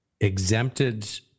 exempted